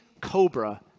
cobra